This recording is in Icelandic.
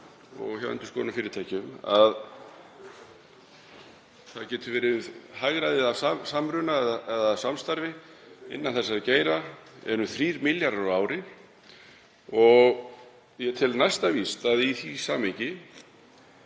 og hjá endurskoðunarfyrirtækjum að það geti verið hagræði af samruna eða samstarfi innan þessa geira, um 3 milljarðar á ári. Ég tel næsta víst að í því samhengi